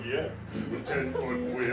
yeah we